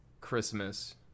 christmas